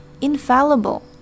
infallible